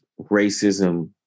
racism